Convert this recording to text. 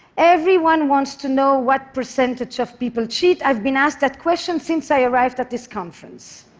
everyone wants to know what percentage of people cheat. i've been asked that question since i arrived at this conference.